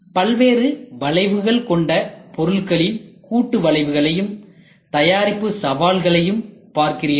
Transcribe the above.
பல்வேறு வளைவுகள் கொண்ட பொருளின் கூட்டு வளைவுகளையும் தயாரிப்பு சவால்களையும் பார்க்கிறீர்கள்